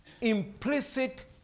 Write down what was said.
implicit